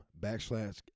backslash